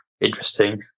interesting